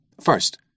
First